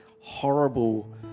horrible